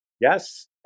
Yes